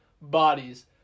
bodies